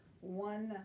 one